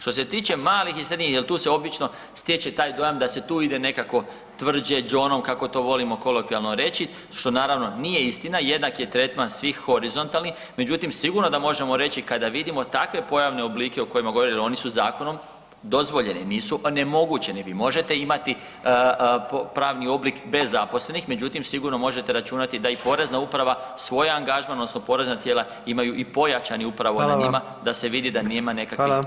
Što se tiče malih i srednjih jel tu se obično stječe taj dojam da se tu ide nekako tvrđe đonom, kako to volimo kolokvijalno reći, što naravno, nije istina, jednak je tretman svih horizontalnih, međutim, sigurno da možemo reći, kada vidimo takve pojavne oblike o kojima ... su zakonom, dozvoljeni nisu, onemogućeni, vi možete imati pravni oblik bez zaposlenih, međutim, sigurno možete računati da i porezna uprava svoj angažman odnosno porezna tijela imaju i pojačani upravo na njima [[Upadica: Hvala vam.]] da se vidi da nema nekakvih [[Upadica: Hvala.]] nepravilnosti.